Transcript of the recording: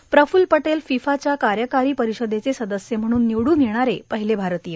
आणि प्रफ्ल पटेल फिफाच्या कार्यकारी परिषदेचे सदस्य म्हणून निवडून येणारे पहिले भारतीय